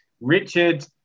Richard